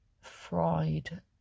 fried